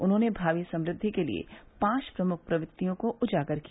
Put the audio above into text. उन्होने भावी समृद्धि के लिए पांच प्रमुख प्रवृत्तियों को उजागर किया